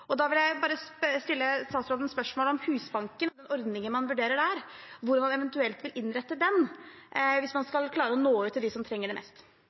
Da vil jeg stille statsråden spørsmål om Husbanken og den ordningen man vurderer der, hvordan man eventuelt vil innrette den hvis man skal klare å nå ut til dem som trenger det mest.